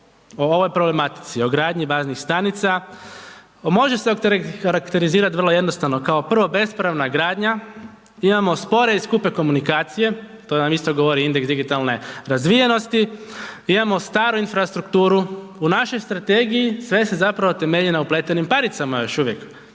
o ovoj problematici, o gradnji baznih stanica, može se okarakterizirati vrlo jednostavno, kao prvo, bespravna gradnja, imamo spore i skupe komunikacije, to nam isto govori indeks digitalne razvijenosti, imamo staru infrastrukturu, u našoj strategiji sve se zapravo temelji na upletenim paricama još uvijek.